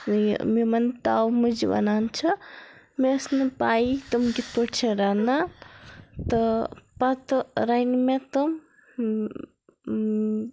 یہِ یِمَن تاوٕ مُجہِ وَنان چھِ مےٚ ٲس نہٕ پَیی تِم کِتھ پٲٹھۍ چھِ رَنان تہٕ پَتہٕ رٔنۍ مےٚ تِم